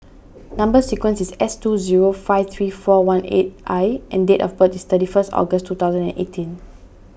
Number Sequence is S two zero five three four one eight I and date of birth is thirty first August two thousand and eighteen